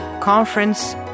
conference